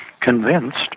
convinced